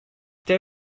der